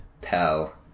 Pal